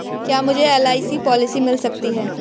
क्या मुझे LIC policy मिल सकती है?